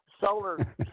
solar